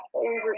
favorite